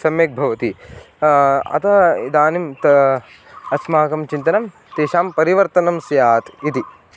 सम्यक् भवति अतः इदानीं तु अस्माकं चिन्तनं तेषां परिवर्तनं स्यात् इति